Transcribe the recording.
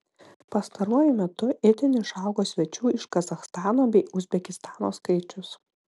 pastaruoju metu itin išaugo svečių iš kazachstano bei uzbekistano skaičius